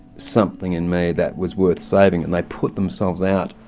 something in me that was worth saving and they put themselves out,